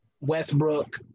Westbrook